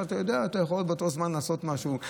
אבל אתה יודע שאתה יכול באותו זמן לעשות משהו.